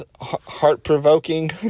heart-provoking